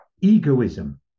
egoism